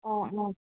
অঁ অঁ